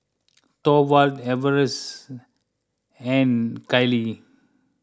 Thorwald Everett and Kylie